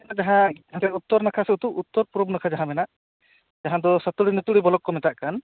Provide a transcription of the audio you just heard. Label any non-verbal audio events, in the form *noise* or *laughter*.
*unintelligible* ᱡᱟᱦᱟ ᱥᱮᱡ ᱩᱛᱛᱚᱨ ᱱᱟᱠᱷᱟ ᱩᱛᱩᱜ ᱩᱛᱛᱚᱨ ᱯᱩᱨᱩᱵ ᱱᱟᱠᱷᱟ ᱡᱟᱦᱟᱸ ᱢᱮᱱᱟᱜ ᱡᱟᱦᱟ ᱫᱚ ᱥᱟᱹᱛᱩᱲᱤ ᱱᱟᱹᱛᱩᱲᱤ ᱵᱚᱞᱚᱠ ᱠᱚ ᱢᱮᱛᱟᱜ ᱠᱟᱱ